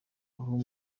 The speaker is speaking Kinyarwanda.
aho